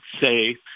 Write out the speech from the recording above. say